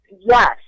Yes